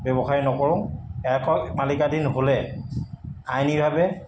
ব্যৱসায় নকৰো একক মালিকাধীন হ'লে আইনীভাৱে